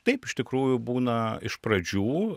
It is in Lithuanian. taip iš tikrųjų būna iš pradžių